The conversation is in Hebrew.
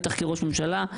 בטח כראש ממשלה,